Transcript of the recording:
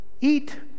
Eat